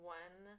one